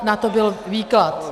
Na to byl výklad.